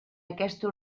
aquesta